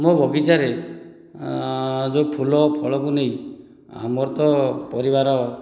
ମୋ ବଗିଚାରେ ଯେଉଁ ଫୁଲ ଫଳକୁ ନେଇ ମୋର ତ ପରିବାର